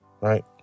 Right